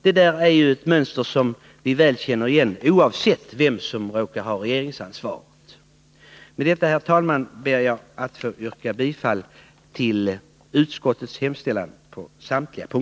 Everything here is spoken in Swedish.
Det där är ju ett mönster som vi väl känner igen, oavsett vem som råkar ha regeringsansvaret. Med detta, herr talman, ber jag att få yrka bifall till utskottets hemställan